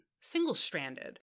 single-stranded